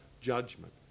judgment